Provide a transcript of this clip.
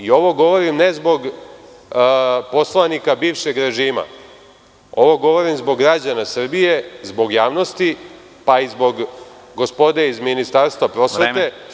Ovo govorim ne zbog poslanika bivšeg režima, ovo govorim zbog građana Srbije, zbog javnosti, pa i zbog gospode iz Ministarstva prosvete.